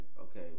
okay